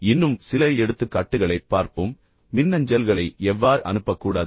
இன்னும் சில எடுத்துக்காட்டுகளைப் பார்ப்போம் மின்னஞ்சல்களை எவ்வாறு அனுப்பக்கூடாது